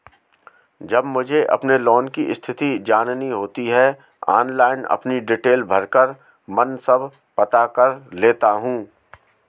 जब मुझे अपने लोन की स्थिति जाननी होती है ऑनलाइन अपनी डिटेल भरकर मन सब पता कर लेता हूँ